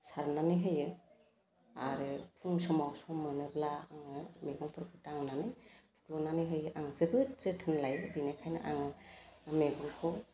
सारनानै होयो आरो फुं समाव सम मोनोब्ला आङो मैगंफोरखौ दांनानै फुनानै होयो आं जोबोद जोथोन लायो बिनिखायनो आं मैगंखौ